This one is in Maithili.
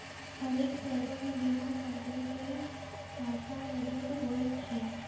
हरेक शहरो मे बीमा कंपनी के शाखा मौजुद होय छै